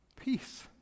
Peace